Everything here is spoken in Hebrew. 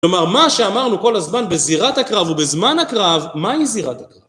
כלומר, מה שאמרנו כל הזמן בזירת הקרב ובזמן הקרב, מה היא זירת הקרב?